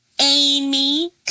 Amy